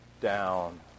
down